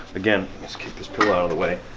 again, let's kick this pillow outta the way,